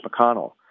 McConnell